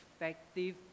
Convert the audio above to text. effective